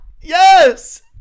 Yes